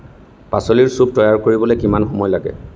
পাচলিৰ ছুপ তৈয়াৰ কৰিবলৈ কিমান সময় লাগে